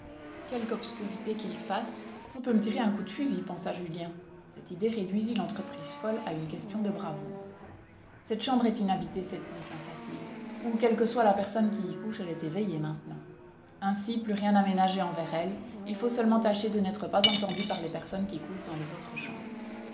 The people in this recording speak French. quelque obscurité qu'il fasse on peut me tirer un coup de fusil pensa julien cette idée réduisit l'entreprise folle à une question de bravoure cette chambre est inhabitée cette nuit pensa-t-il ou quelle que soit la personne qui y couche elle est éveillée maintenant ainsi plus rien à ménager envers elle il faut seulement tâcher de n'être pas entendu par les personnes qui couchent dans les autres chambres